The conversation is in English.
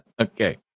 Okay